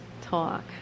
talk